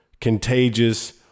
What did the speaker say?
contagious